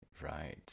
Right